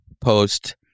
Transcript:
post